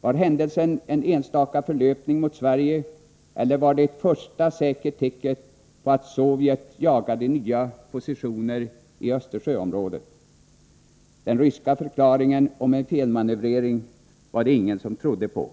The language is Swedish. Var händelsen en enstaka förlöpning mot Sverige, eller var det ett första säkert tecken på att Sovjet jagade nya positioner i Östersjöområdet? Den ryska förklaringen om en felmanövrering var det ingen som trodde på.